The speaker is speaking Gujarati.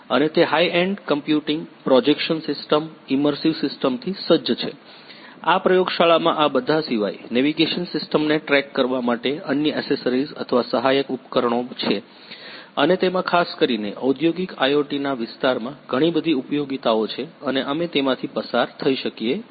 અને તે high end computing projection system immersive સિસ્ટમથી સજ્જ છે આ પ્રયોગશાળામાં આ બધા સિવાય નેવિગેશન સિસ્ટમને ટ્રેક કરવા માટે અન્ય એસેસરીઝ અથવા સહાયક ઉપકરણો છે અને તેમાં ખાસ કરીને ઔદ્યોગિક IoT ના વિસ્તાર માં ઘણી બધી ઉપયોગીતાઓ છે અને અમે તેમાંથી પસાર થઈ શકીએ છીએ